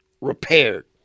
repaired